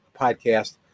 podcast